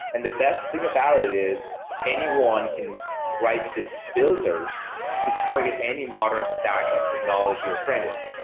and the best thing about it is anyone can write these builders to target any modern stack of technology or framework.